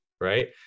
right